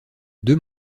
deux